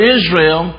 Israel